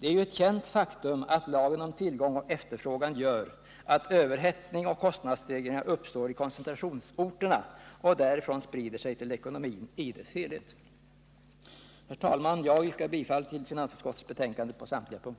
Det är ett känt faktum att lagen om tillgång och efterfrågan gör att överhettning och kostnadsstegringar uppstår i koncentrationsorterna och därifrån sprider sig till ekonomin i dess helhet. Herr talman! Jag yrkar bifall till hemställan i finansutskottets betänkande på samtliga punkter.